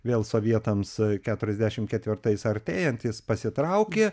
vėl sovietams keturiasdešim ketvirtais artėjant jis pasitraukė